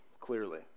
Clearly